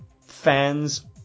fans